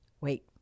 Wait